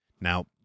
Now